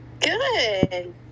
Good